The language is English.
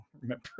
remember